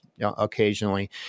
occasionally